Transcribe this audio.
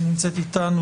שנמצאת איתנו,